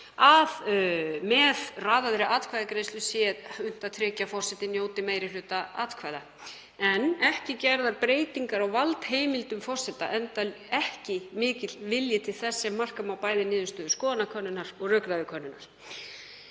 að með raðaðri atkvæðagreiðslu sé unnt að tryggja að forseti njóti meiri hluta atkvæða, en ekki eru gerðar breytingar á valdheimildum forseta, enda ekki mikill vilji til þess ef marka má bæði niðurstöður skoðanakönnunar og rökræðukönnunar.